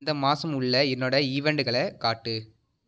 இந்த மாதம் உள்ள என்னோட ஈவென்ட்களை காட்டு